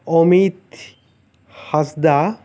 Amit Hansda